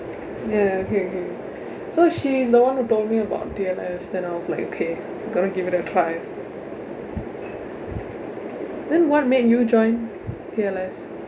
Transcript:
ya okay okay so she's the one who told me about T_L_S then I was like okay gotta give it a try then what made you join T_L_S